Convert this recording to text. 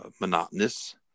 monotonous